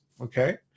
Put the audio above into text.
okay